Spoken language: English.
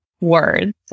words